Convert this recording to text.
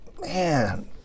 man